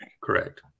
Correct